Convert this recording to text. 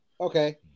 Okay